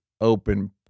open